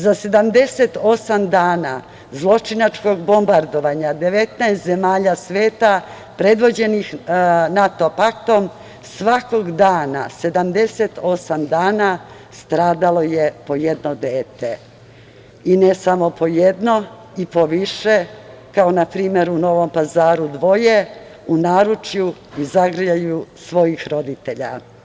Za 78 dana zločinačkog bombardovanja 19 zemalja sveta, predvođenih NATO paktom, svakog dana 78 dana stradalo je po jedno dete i ne samo po jedno i po više, kao na primer u Novom Pazaru dvoje u naručju i zagrljaju svojih roditelja.